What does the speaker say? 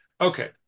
Okay